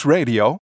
Radio